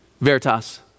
Veritas